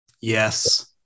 Yes